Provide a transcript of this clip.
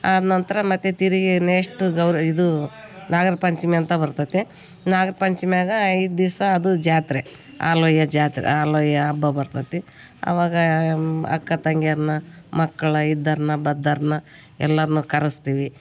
ಅದ್ನಂತರ ಮತ್ತು ತಿರುಗಿ ನೆಸ್ಟ್ ಗೌರಿ ಇದು ನಾಗರ ಪಂಚಮಿ ಅಂತ ಬರ್ತದೆ ನಾಗರ ಪಂಚಮಿಯಾಗ ಐದು ದಿವ್ಸಾ ಅದು ಜಾತ್ರೆ ಹಾಲೊಯ್ಯೋ ಜಾತ್ರೆ ಹಾಲೊಯ್ಯೊ ಹಬ್ಬ ಬರ್ತದೆ ಅವಾಗಾ ಅಕ್ಕ ತಂಗಿಯರನ್ನ ಮಕ್ಳನ್ನ ಇದ್ದೋರ್ನ ಬದ್ದೋರ್ನ ಎಲ್ಲರನ್ನು ಕರೆಸ್ತೀವಿ